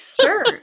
Sure